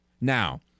Now